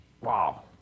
Wow